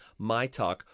MYTALK